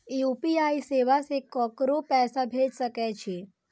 UPI सेवा से ककरो पैसा भेज सके छी?